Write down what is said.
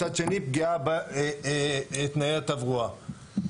מצד שני פגיעה בתנאי התברואה.